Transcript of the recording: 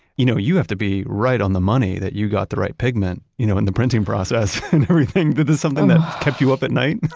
you know you have to be right on the money that you got the right pigment you know in the printing process and everything. that is something that kept you up at night?